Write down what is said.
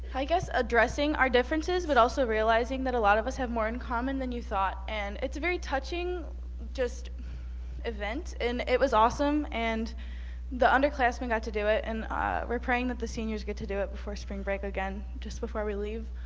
i guess addressing our differences, but also realizing that a lot of us have more in common than you thought and it's a very touching event and it was awesome and the underclassmen got to do it and we're praying that the seniors get to do it before spring break again just before we leave.